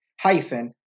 hyphen